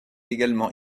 également